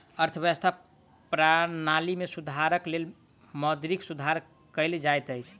अर्थव्यवस्था प्रणाली में सुधारक लेल मौद्रिक सुधार कयल जाइत अछि